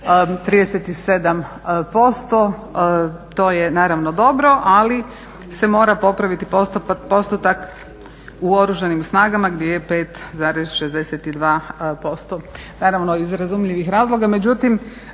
37%. To je naravno dobro, ali se mora popraviti postotak u Oružanim snagama gdje je 5,62%